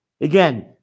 Again